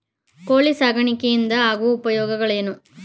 ಕೋಳಿ ಸಾಕಾಣಿಕೆಯಿಂದ ಆಗುವ ಉಪಯೋಗಗಳೇನು?